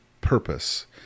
purpose